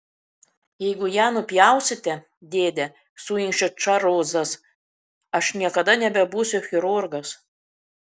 jeigu ją nupjausite dėde suinkštė čarlzas aš niekada nebebūsiu chirurgas